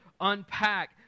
unpack